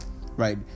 right